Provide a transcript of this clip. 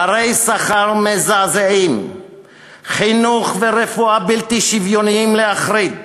פערי שכר מזעזעים וחינוך ורפואה בלתי שוויוניים להחריד.